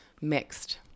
Mixed